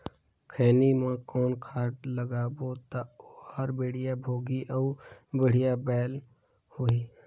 खैनी मा कौन खाद लगाबो ता ओहार बेडिया भोगही अउ बढ़िया बैल होही?